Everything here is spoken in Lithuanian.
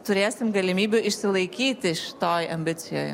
turėsim galimybių išsilaikyti šitoj ambicijoje